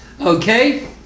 Okay